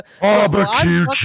barbecue